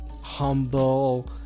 humble